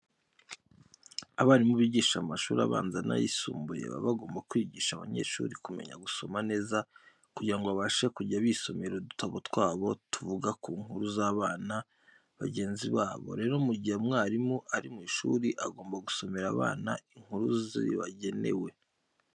Abarimu bigisha mu mashuri abanza n'ayisumbuye baba bagomba kwigisha abanyeshuri kumenya gusoma neza kugira ngo babashe kujya bisomera udutabo twabo tuvuga ku nkuru z'abana bagenzi babo. Rero mu gihe umwarimu ari mu ishuri agomba gusomera abana inkuru zibagenewe.